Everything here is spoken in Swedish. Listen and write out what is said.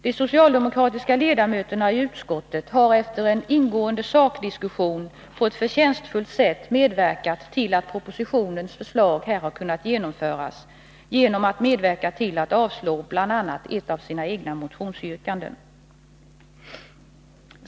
De socialdemokratiska ledamöterna i utskottet har efter en ingående sakdiskussion på ett förtjänstfullt sätt medverkat till att propositionens förslag har kunnat antas genom att avstyrka bl.a. ett av sina egna motionsyrkanden.